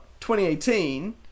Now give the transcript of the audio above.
2018